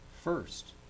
first